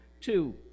two